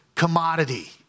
commodity